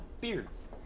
beards